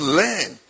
learn